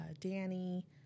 Danny